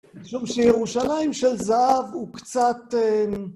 אני חושב שירושלים של זהב הוא קצת, אה...